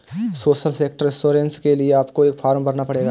social sector insurance के लिए आपको एक फॉर्म भरना पड़ेगा